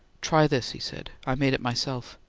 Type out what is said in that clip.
try this, he said. i made it myself.